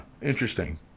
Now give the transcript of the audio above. Interesting